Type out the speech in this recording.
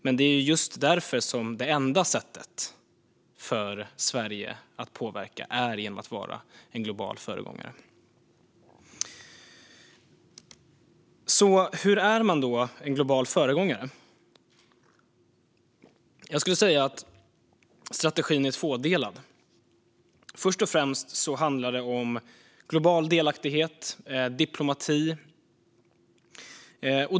Men det är just därför som det enda sättet för Sverige att påverka är genom att vara en global föregångare. Hur är man då en global föregångare? Jag skulle säga att strategin är tvådelad. Först och främst handlar det om global delaktighet och diplomati.